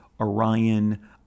Orion